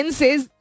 says